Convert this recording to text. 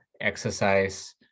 exercise